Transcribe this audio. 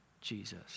Jesus